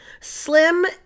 slim